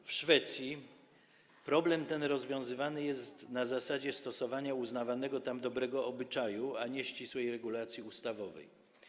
W Szwecji problem ten rozwiązywany jest na zasadzie stosowania uznawanego tam dobrego obyczaju, a nie ścisłej regulacji ustawowej.